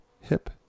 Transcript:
hip